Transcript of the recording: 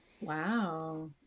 wow